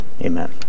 amen